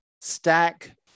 stack